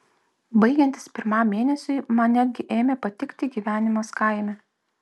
baigiantis pirmam mėnesiui man netgi ėmė patikti gyvenimas kaime